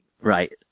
right